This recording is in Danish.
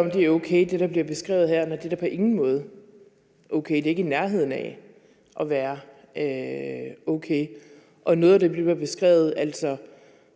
om det, der bliver beskrevet her, er okay, og nej, det er da på ingen måde okay. Det er ikke i nærheden af at være okay. Noget af det, der bliver beskrevet, og